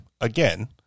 again